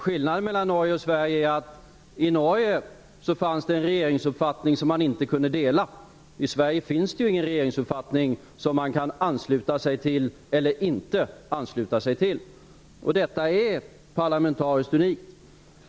Skillnaden mellan Norge och Sverige är att det i Norge fanns en regeringsuppfattning som man kunde avvika från medan det i Sverige inte finns någon regeringsuppfattning att ansluta sig till eller inte ansluta sig till. Detta är parlamentariskt unikt.